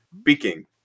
speaking